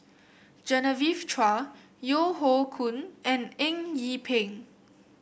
Genevieve Chua Yeo Hoe Koon and Eng Yee Peng